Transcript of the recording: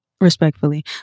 Respectfully